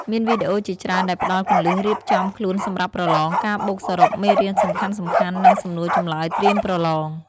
មានវីដេអូជាច្រើនដែលផ្ដល់ គន្លឹះរៀបចំខ្លួនសម្រាប់ប្រឡង ការបូកសរុបមេរៀនសំខាន់ៗ និងសំណួរចម្លើយត្រៀមប្រឡង។